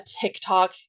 TikTok